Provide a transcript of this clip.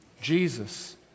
Jesus